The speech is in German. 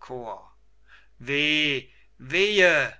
chor weh wehe